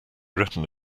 written